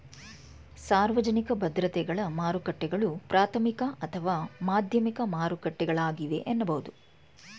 ಸಾರ್ವಜನಿಕ ಭದ್ರತೆಗಳ ಮಾರುಕಟ್ಟೆಗಳು ಪ್ರಾಥಮಿಕ ಅಥವಾ ಮಾಧ್ಯಮಿಕ ಮಾರುಕಟ್ಟೆಗಳಾಗಿವೆ ಎನ್ನಬಹುದು